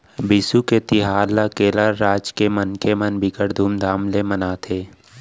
बिसु के तिहार ल केरल राज के मनखे मन बिकट धुमधाम ले मनाथे